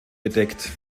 bedeckt